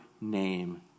Name